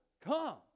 come